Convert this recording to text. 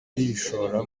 kwishora